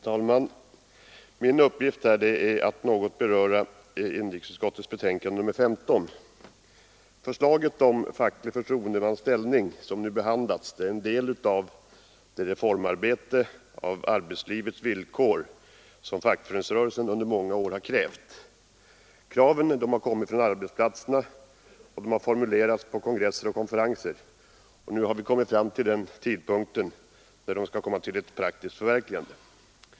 Herr talman! Min uppgift här är att något beröra inrikesutskottets betänkande nr 15. Det förslag om facklig förtroendemans ställning som nu behandlas är en del av det reformarbete när det gäller arbetslivets villkor som fackföreningsrörelsen under många år har krävt. Kraven har kommit från arbetsplatserna och formulerats på kongresser och konferenser, och nu har vi kommit fram till tidpunkten för ett praktiskt förverkligande.